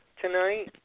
tonight